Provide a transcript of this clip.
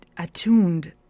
Attuned